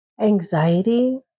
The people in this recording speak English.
anxiety